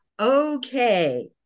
Okay